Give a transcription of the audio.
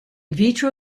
vitro